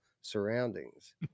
surroundings